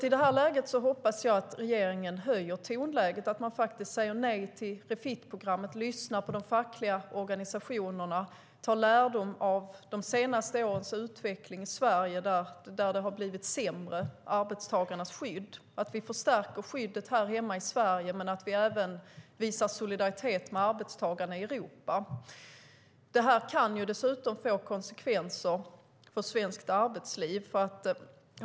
I det här läget hoppas jag att regeringen höjer tonläget, att man faktiskt säger nej till Refit-programmet, att man lyssnar på de fackliga organisationerna och att man drar lärdom av de senaste årens utveckling i Sverige, där arbetstagarnas skydd har blivit sämre. Det handlar om att vi förstärker skyddet här hemma i Sverige men att vi även visar solidaritet med arbetstagarna i Europa. Det här kan dessutom få konsekvenser för svenskt arbetsliv.